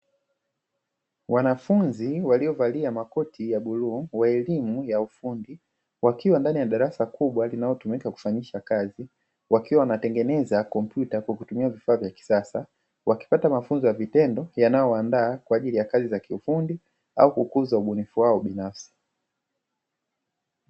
Wanafunzi waliovalia makoti ya buluu wairimu ya ufundi wakiwa ndani ya darasa kubwa linaotumika kufanyisha kazi, wakiwa wanatengeneza kompyuta kwa kutumia vifaa vya kisasa wakipata mafunzo ya vitendo yanayoandaa kwa ajili ya kazi za kiufundi au kukuza ubunifu wao binafsi.